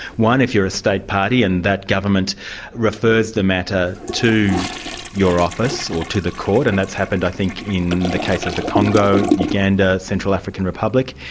one, if you're a state party and that government refered the matter to your office, or to the court, and that's happened, i think, in the case of the congo, uganda, central african republic.